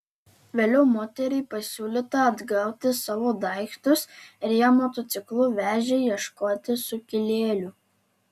vėliau moteriai pasiūlyta atgauti savo daiktus ir ją motociklu vežė ieškoti sukilėlių